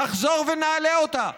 נחזור ונעלה אותה,